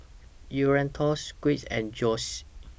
Eduardo Squires and Joyce